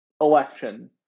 election